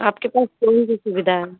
आपके पास कौन सी सुविधा है